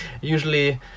usually